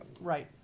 right